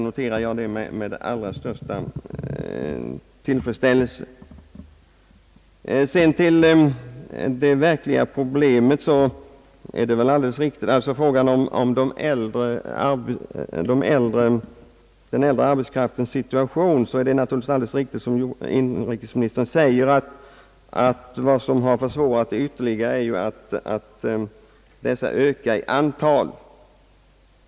Beträffande det verkliga problemet — den äldre arbetskraftens situation — är det alldeles riktigt, som inrikesministern säger, att en försvårande fak tor är att denna ökar i antal.